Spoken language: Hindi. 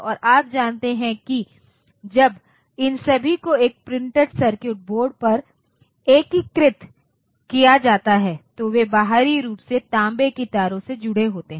और आप जानते हैं कि जब इन सभी को एक प्रिंटेड सर्किट बोर्ड पर एकीकृत किया जाता है तो वे बाहरी रूप से तांबे की तारो से जुड़े होते हैं